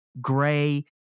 gray